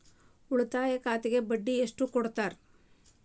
ಉಳಿತಾಯ ಖಾತೆಗೆ ಬಡ್ಡಿ ಎಷ್ಟು ಕೊಡ್ತಾರ?